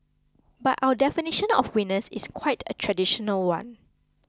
but our definition of winners is quite a traditional one